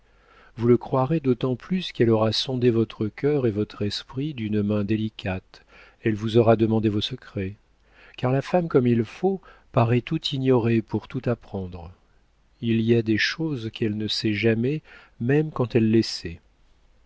vous le croirez d'autant plus qu'elle aura sondé votre cœur et votre esprit d'une main délicate elle vous aura demandé vos secrets car la femme comme il faut paraît tout ignorer pour tout apprendre il y a des choses qu'elle ne sait jamais même quand elle les sait